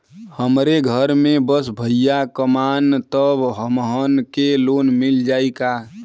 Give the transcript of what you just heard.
हमरे घर में बस भईया कमान तब हमहन के लोन मिल जाई का?